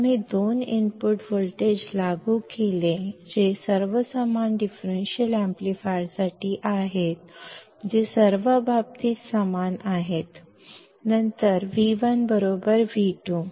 ನಾವು ಎರಡು ಇನ್ಪುಟ್ ವೋಲ್ಟೇಜ್ಗಳನ್ನೂ ಅನ್ವಯಿಸಿದರೆ ಎಲ್ಲವೂ ಡಿಫರೆನ್ಷಿಯಲ್ ಆಂಪ್ಲಿಫೈಯರ್ ಸಮಾನ ವಿಷಯಗಳಾಗಿವೆ ಇದು ಎಲ್ಲಾ ರೀತಿಯಲ್ಲೂ ಸಮಾನವಾಗಿರುತ್ತದೆ ನಂತರ ವಿ 1 ವಿ 2 V1V2